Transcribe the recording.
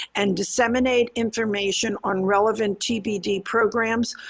and disseminate information on relevant tbd programs,